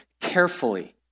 carefully